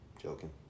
joking